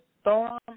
Storm